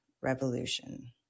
Revolution